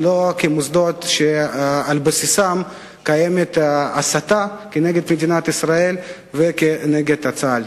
ולא מוסדות שעל בסיסם קיימת הסתה כנגד מדינת ישראל וכנגד צה"ל.